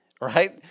right